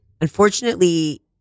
unfortunately